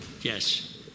yes